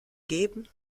geben